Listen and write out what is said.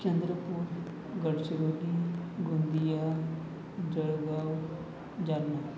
Chandrapur Gadchiroli Gondia Jalgaon Jalna